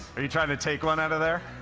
are you trying to take one outta there?